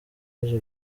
yaje